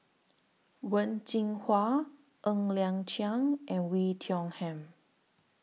Wen Jinhua Ng Liang Chiang and Wei Tiong Ham